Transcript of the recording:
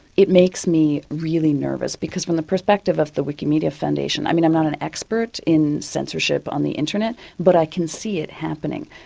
it makes me really nervous, because from the perspective of the wikimedia foundation, i mean, i'm not an expert in censorship on the internet but i can see it happening.